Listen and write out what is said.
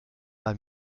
bei